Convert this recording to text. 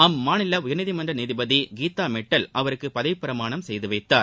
அம்மாநில உயர்நீதிமன்ற நீதிபதி கீதாமிட்டல் அவருக்கு பதவி பிரமாணம் செய்து வைத்தார்